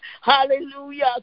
Hallelujah